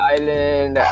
Island